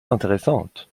intéressante